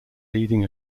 leading